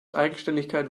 eigenständigkeit